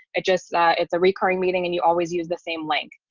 it just it's a recurring meeting and you always use the same link.